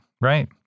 right